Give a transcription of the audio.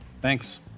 Thanks